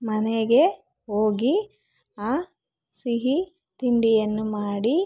ಮನೆಗೆ ಹೋಗಿ ಆ ಸಿಹಿ ತಿಂಡಿಯನ್ನು ಮಾಡಿ